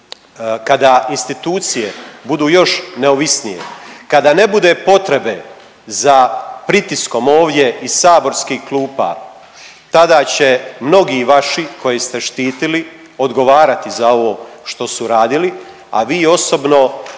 kada institucije budu još neovisnije, kada ne bude potrebe za pritiskom ovdje iz saborskih klupa, tada će mnogi vaši koje ste štitili odgovarati za ovo što su radili, a vi osobno,